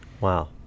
wow